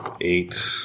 Eight